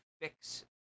fix